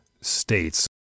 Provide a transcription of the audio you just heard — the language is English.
states